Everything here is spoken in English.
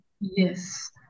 Yes